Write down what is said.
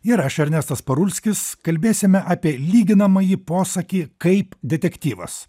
ir aš ernestas parulskis kalbėsime apie lyginamąjį posakį kaip detektyvas